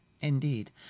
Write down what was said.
Indeed